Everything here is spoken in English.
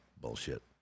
bullshit